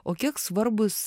o kiek svarbūs